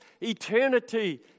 eternity